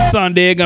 Sunday